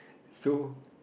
so